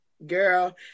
girl